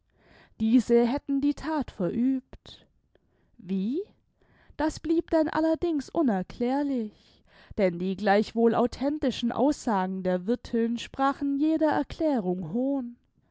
diese hätten die that verübt wie das blieb denn allerdings unerklärlich denn die gleichwohl authentischen aussagen der wirthin sprachen jeder erklärung hohn